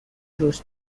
روز